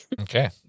okay